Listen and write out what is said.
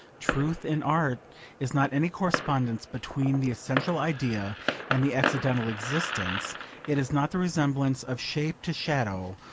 truth in art is not any correspondence between the essential idea and the accidental existence it is not the resemblance of shape to shadow,